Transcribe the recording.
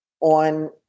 on